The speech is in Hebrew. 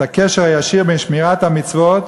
את הקשר הישיר בין שמירת המצוות